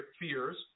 fears